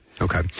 Okay